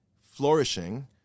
flourishing